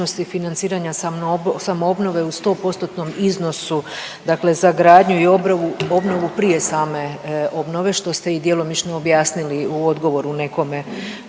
financiranja samoobnove u 100%-tnom iznosu za gradnju i obnovu prije same obnove, što ste i djelomično objasnili u odgovoru nekome